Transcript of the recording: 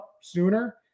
sooner